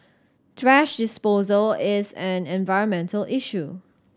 thrash disposal is an environmental issue